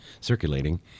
circulating